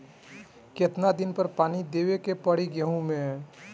कितना दिन पर पानी देवे के पड़ी गहु में?